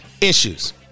issues